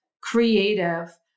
creative